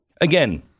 Again